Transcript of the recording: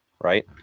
right